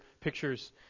pictures